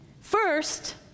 First